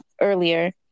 earlier